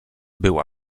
była